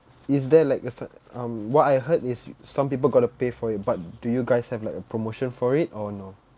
is there like a cer~ um what I heard is some people got to pay for it but do you guys have like a promotion for it or no